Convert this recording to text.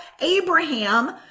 Abraham